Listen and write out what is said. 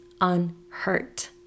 unhurt